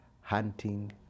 hunting